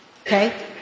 okay